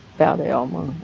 about elmer.